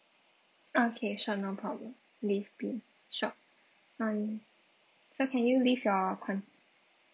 okay sure no problem leave be sure right so can you leave your con~